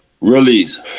release